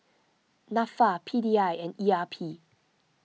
Nafa P D I and E R P